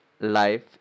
life